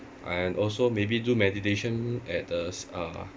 and also maybe do meditation at the s~ uh